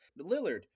Lillard